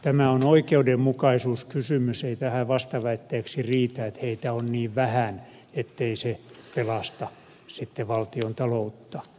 tämä on oikeudenmukaisuuskysymys ei tähän vastaväitteeksi riitä että heitä on niin vähän ettei se pelasta sitten valtion taloutta